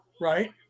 Right